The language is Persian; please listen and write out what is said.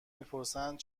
میپرسند